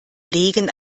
legen